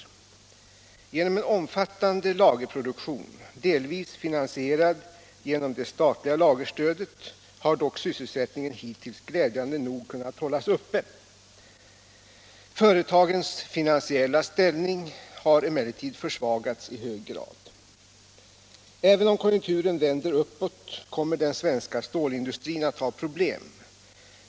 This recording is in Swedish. Nr 43 Genom en omfattande lagerproduktion, delvis finansierad genom det Fredagen den statliga lagerstödet, har dock sysselsättningen hittills glädjande nog kun 10 december 1976 nat hållas uppe. Företagens finansiella ställning har emellertid försvagats = i hög grad. Om åtgärder för att Även om konjunkturen vänder uppåt kommer den svenska stålindu = säkra sysselsättstrin att ha problem.